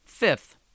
Fifth